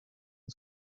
was